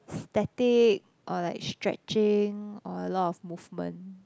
static or like stretching or a lot of movement